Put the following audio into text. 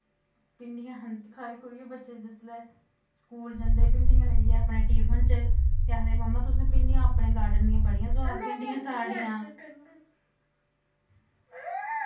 भिंडियां खंद खाई खुइयै बच्चे जिसलै स्कूल जन्दे भिंडियां लेइयै अपने टिफन च फ्ही आखदे मम्मा तुसैं भिंडियां अपने गार्डन दियां बड़ियां सोआद भिंडियां साढ़ियां